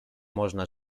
można